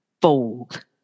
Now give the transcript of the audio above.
fold